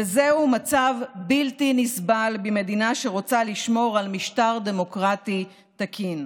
וזהו מצב בלתי נסבל במדינה שרוצה לשמור על משטר דמוקרטי תקין.